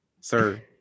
Sir